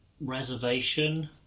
reservation